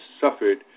suffered